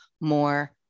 more